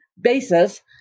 basis